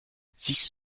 siehst